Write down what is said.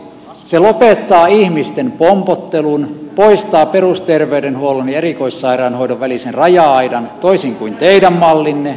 se lopettaa ihmisten pompottelun poistaa perusterveydenhuollon ja erikoissairaanhoidon välisen raja aidan toisin kuin teidän mallinne